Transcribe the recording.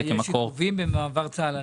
יש עיכובים במעבר צה"ל לנגב?